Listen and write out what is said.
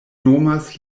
nomas